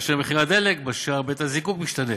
כאשר מחיר הדלק בשער בית-הזיקוק משתנה,